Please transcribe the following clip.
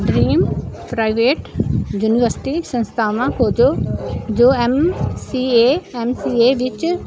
dream private university ਸੰਸਥਾਵਾਂ ਖੋਜੋ ਜੋ M C A M C A ਵਿੱਚ